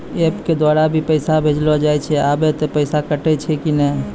App के द्वारा भी पैसा भेजलो जाय छै आबै मे पैसा कटैय छै कि नैय?